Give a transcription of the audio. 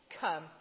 come